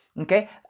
Okay